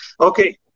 okay